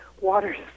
water's